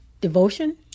devotion